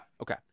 okay